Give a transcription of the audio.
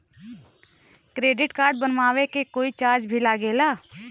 Credit card बनवावे के कोई चार्ज भी लागेला?